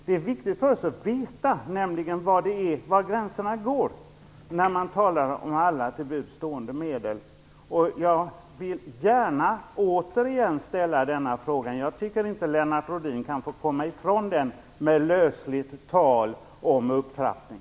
Det är viktigt för oss att veta var gränserna går när man talar om alla till buds stående medel. Jag vill gärna återigen ställa min fråga. Jag tycker inte att Lennart Rohdin kan komma ifrån den med ett lösligt tal om upptrappning.